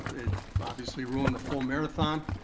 it obviously ruined the full marathon,